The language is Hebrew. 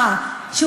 היום,